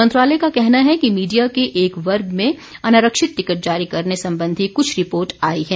मंत्रालय का कहना है कि मीडिया के एक वर्ग में अनारक्षित टिकट जारी करने संबंधी कुछ रिपोर्ट आई हैं